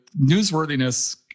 newsworthiness